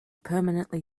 permanently